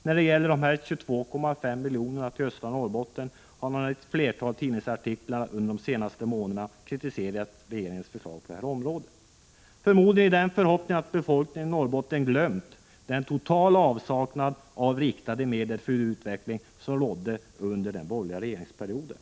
När det gäller de 22,5 miljonerna till östra Norrbotten har man i ett flertal tidningsartiklar under de senaste månaderna kritiserat regeringens förslag på detta område, förmodligen i den förhoppningen att befolkningen i Norrbotten glömt den totala avsaknad av riktade medel för utveckling som rådde under den borgerliga regeringsperioden.